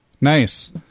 Nice